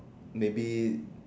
maybe